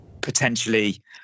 potentially